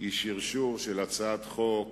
היא שרשור של הצעת חוק